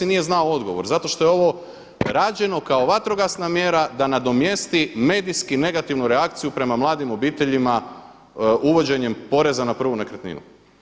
Nije znao odgovor, zato što je ovo rađeno kao vatrogasna mjera da nadomjesti medijski negativnu reakciju prema mladim obiteljima uvođenjem poreza na prvu nekretninu.